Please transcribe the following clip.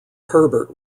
herbert